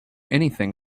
anything